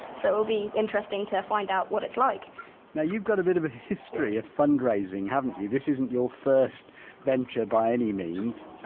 so it'll be interesting to find out what it's like now you've got a bit of a history of fundraising haven't you? this isn't your first venture by any means,